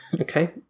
Okay